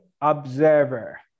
observer